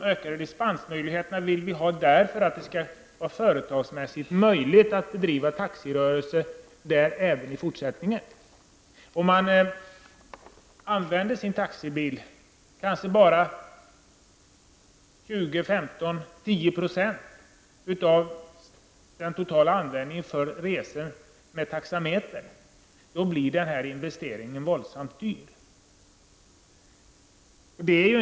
Jo, ökade dispensmöjligheter vill vi ha därför att vi tycker att det skall vara företagsmässigt möjligt att driva taxirörelse där även i fortsättningen. Om bara 10--20 % av en taxibils användning avser resor med taxameter, blir den här investeringen våldsamt dyr.